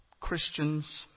Christians